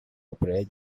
operate